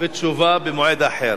ותשובה במועד אחר.